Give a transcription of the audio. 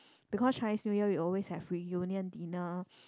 because Chinese New Year we always have reunion dinner